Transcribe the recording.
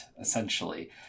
essentially